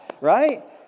right